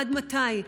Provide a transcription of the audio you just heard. עד מתי?